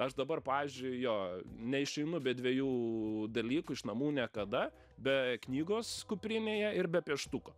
aš dabar pavyzdžiui jo neišeinu be dviejų dalykų iš namų niekada be knygos kuprinėje ir be pieštuko